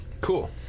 Cool